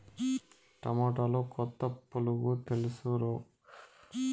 టమోటాలో కొత్త పులుగు తెలుసు రోగం ఎట్లా తెలుసుకునేది?